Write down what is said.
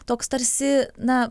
toks tarsi na